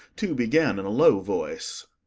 two began in a low voice,